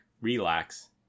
relax